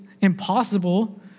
impossible